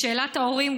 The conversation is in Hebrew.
לשאלת ההורים,